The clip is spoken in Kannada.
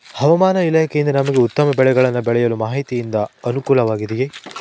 ಹವಮಾನ ಇಲಾಖೆಯಿಂದ ನಮಗೆ ಉತ್ತಮ ಬೆಳೆಯನ್ನು ಬೆಳೆಯಲು ಮಾಹಿತಿಯಿಂದ ಅನುಕೂಲವಾಗಿದೆಯೆ?